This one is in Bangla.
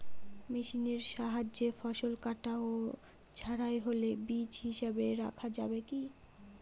মেশিনের সাহায্যে ফসল কাটা ও ঝাড়াই হলে বীজ হিসাবে রাখা যাবে কি?